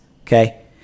Okay